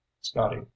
scotty